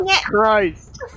Christ